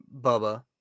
Bubba